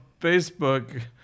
Facebook